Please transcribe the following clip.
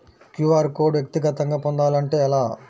QR code వ్యక్తిగతంగా పొందాలంటే ఎలా?